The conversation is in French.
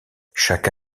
chaque